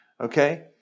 okay